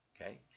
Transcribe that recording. okay